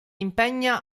impegna